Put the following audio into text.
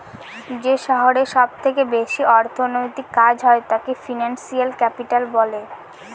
যে শহরে সব থেকে বেশি অর্থনৈতিক কাজ হয় তাকে ফিনান্সিয়াল ক্যাপিটাল বলে